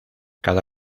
cada